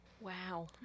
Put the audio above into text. Wow